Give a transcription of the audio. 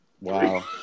Wow